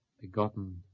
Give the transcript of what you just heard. Begotten